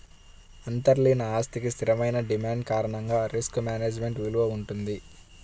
అంతర్లీన ఆస్తికి స్థిరమైన డిమాండ్ కారణంగా రిస్క్ మేనేజ్మెంట్ విలువ వుంటది